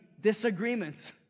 disagreements